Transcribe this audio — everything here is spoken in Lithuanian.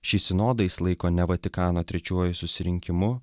šį sinodą jis laiko ne vatikano trečiuoju susirinkimu